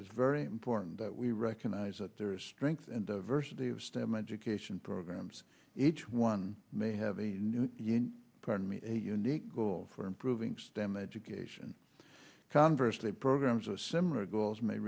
is very important that we recognize that there is strength and versity of stem education programs each one may have a new parent meet a unique goal for improving stem education conversely programs a similar goals may